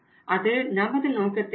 அது நமது நோக்கத்தை நிறைவேற்றாது